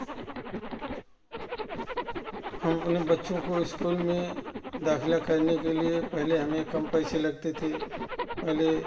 हम अपने बच्चों को इस्कूल में दाखिला करने के लिए पहले हमें कम पैसे लगते थे पहले